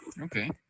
Okay